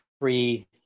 free